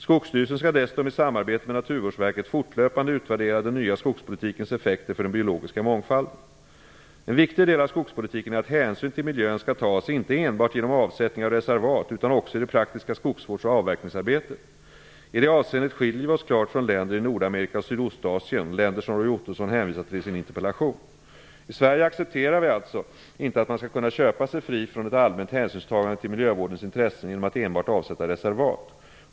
Skogsstyrelsen skall dessutom i samarbete med Naturvårdsverket fortlöpande utvärdera den nya skogspolitikens effekter för den biologiska mångfalden. En viktig del av skogspolitiken är att hänsyn till miljön skall tas inte enbart genom avsättning av reservat utan också i det praktiska skogsvårds och avverkningsarbetet. I det avseendet skiljer vi oss klart från länder i Nordamerika och Sydostasien, länder som Roy Ottosson hänvisar till i sin interpellation. I Sverige accepterar vi alltså inte att man skall kunna köpa sig fri från ett allmänt hänsynstagande till miljövårdens intressen genom att enbart avsätta reservat.